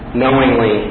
knowingly